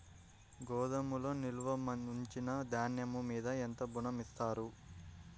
గోదాములో నిల్వ ఉంచిన ధాన్యము మీద ఎంత ఋణం ఇస్తారు?